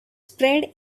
sprayed